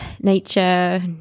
nature